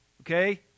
Okay